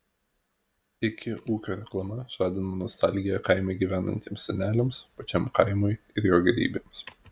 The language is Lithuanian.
iki ūkio reklama žadino nostalgiją kaime gyvenantiems seneliams pačiam kaimui ir jo gėrybėms